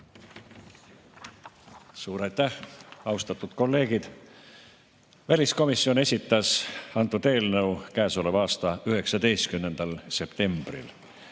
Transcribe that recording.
Suur aitäh! Austatud kolleegid! Väliskomisjon esitas antud eelnõu käesoleva aasta 19. septembril.